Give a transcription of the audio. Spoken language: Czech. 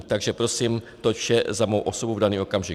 Takže prosím, toť vše za mou osobu v daný okamžik.